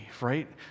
right